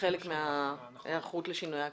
כחלק מההיערכות לשינוי האקלים.